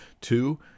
Two